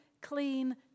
clean